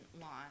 want